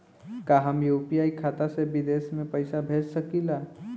का हम यू.पी.आई खाता से विदेश में पइसा भेज सकिला?